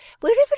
Wherever